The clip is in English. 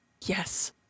yes